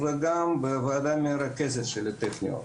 בוועדה המרכזת של הטכניון.